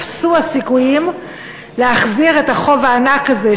אפסו הסיכויים להחזיר את החוב הענק הזה,